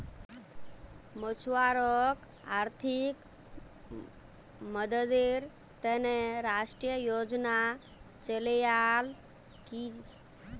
मछुवारॉक आर्थिक मददेर त न राष्ट्रीय योजना चलैयाल की